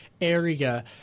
area